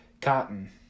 Cotton